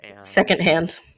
Secondhand